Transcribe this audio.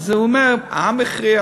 אז הוא אומר: העם הכריע.